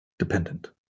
Dependent